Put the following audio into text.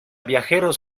viajeros